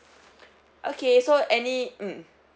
okay so any mm